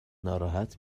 ناراحت